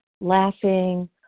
laughing